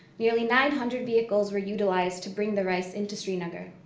nearly nine hundred vehicles were utilized to bring the rice into srinagar.